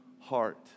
heart